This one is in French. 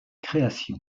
création